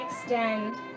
extend